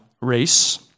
race